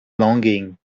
longing